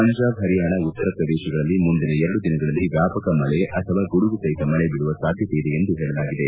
ಪಂಜಾಬ್ ಹರಿಯಾಣ ಉತ್ತರ ಪ್ರದೇಶಗಳಲ್ಲಿ ಮುಂದಿನ ಎರಡು ದಿನಗಳಲ್ಲಿ ವ್ಯಾಪಕ ಮಳೆ ಅಥವಾ ಗುಡುಗು ಸಹಿತ ಮಳೆ ಬೀಳುವ ಸಾಧ್ವತೆ ಇದೆ ಎಂದು ಹೇಳಲಾಗಿದೆ